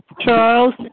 Charles